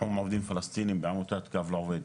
תחום עובדים פלסטינים בעמותת "קו לעובד".